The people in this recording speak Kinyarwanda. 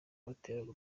bateraga